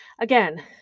again